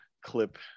clip